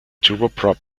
turboprop